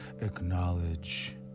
acknowledge